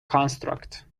construct